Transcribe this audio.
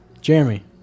Jeremy